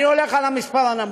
אני הולך על המספר הנמוך,